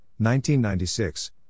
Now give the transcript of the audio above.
1996